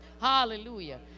Hallelujah